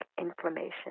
inflammation